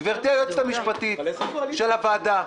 גברתי היועצת המשפטית של הוועדה,